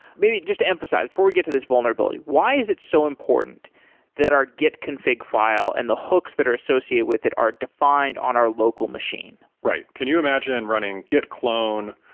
maybe just emphasize, before we get to this vulnerability, why is it so important that our git config file and the hooks that are associated with it are defined on our local machine? right. can you imagine running git clone,